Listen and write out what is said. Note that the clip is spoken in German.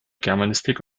germanistik